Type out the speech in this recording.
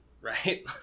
right